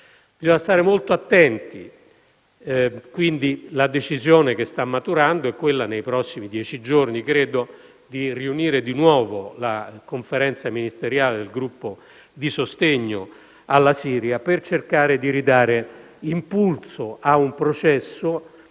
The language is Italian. Bisogna stare molto attenti. Quindi, la decisione che sta maturando è - credo nei prossimi dieci giorni - di riunire di nuovo la conferenza ministeriale del gruppo di sostegno alla Siria per cercare di ridare impulso a un processo.